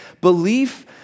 Belief